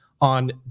on